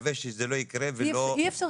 נקווה שזה לא יקרה וזה לא -- אי אפשר